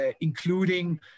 including